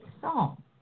song